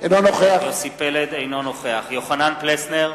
אינו נוכח יוחנן פלסנר,